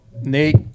Nate